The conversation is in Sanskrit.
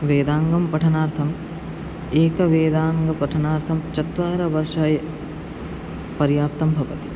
वेदाङ्गं पठनार्थम् एकवेदाङ्गपठनार्थं चत्वारि वर्षं पर्याप्तं भवति